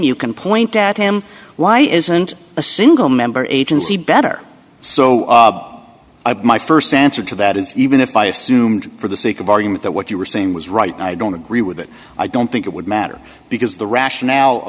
you can point at him why isn't a single member agency better so my st answer to that is even if i assumed for the sake of argument that what you were saying was right i don't agree with it i don't think it would matter because the rationale